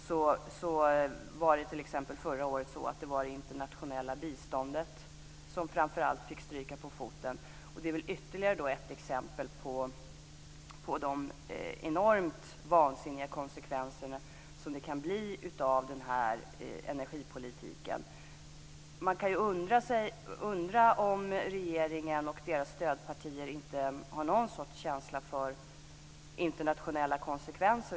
Förra året fick framför allt det internationella biståndet stryka på foten. Det är ytterligare ett exempel på de enormt vansinniga konsekvenser som det kan bli av energipolitiken. Man kan undra om regeringen och stödpartierna inte har något slags känsla för internationella konsekvenser.